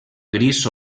gris